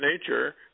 nature